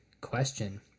question